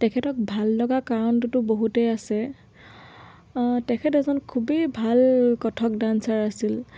তেখেতক ভাল লগা কাৰণটোতো বহুতেই আছে তেখেত এজন খুবেই ভাল কথক ডান্সাৰ আছিল